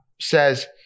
says